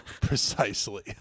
Precisely